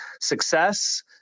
success